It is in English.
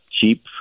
cheap